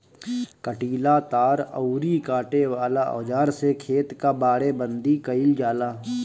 कंटीला तार अउरी काटे वाला औज़ार से खेत कअ बाड़ेबंदी कइल जाला